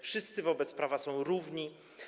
Wszyscy wobec prawa są równi.